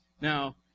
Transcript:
Now